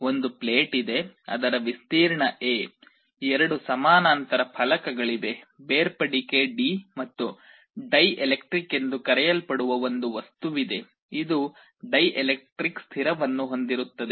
ಒಂದು ಪ್ಲೇಟ್ ಇದೆ ಅದರ ವಿಸ್ತೀರ್ಣ A ಎರಡು ಸಮಾನಾಂತರ ಫಲಕಗಳಿವೆ ಬೇರ್ಪಡಿಕೆ d ಮತ್ತು ಡೈಎಲೆಕ್ಟ್ರಿಕ್ ಎಂದು ಕರೆಯಲ್ಪಡುವ ಒಂದು ವಸ್ತುವಿದೆ ಇದು ಡೈಎಲೆಕ್ಟ್ರಿಕ್ ಸ್ಥಿರವನ್ನು ಹೊಂದಿರುತ್ತದೆ